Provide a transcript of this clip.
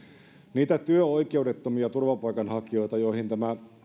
niitä työoikeudettomia turvapaikanhakijoita joihin tämä